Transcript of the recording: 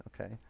Okay